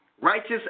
righteous